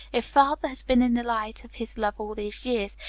if father has been in the light of his love all these years,